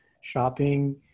shopping